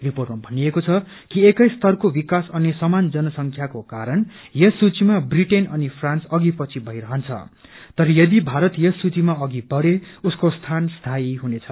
रिपोर्टमा भनिएको छ कि एकै स्तरको विकास अनि समान जनसंख्याको कारण यस सूचीमा ब्रिटेन अनि फ्रान्स अघि पछि भई रहन्छ तर यदि भारत यस सूचीमा अघि बढ़े उसको स्थान स्थयी हुनेछ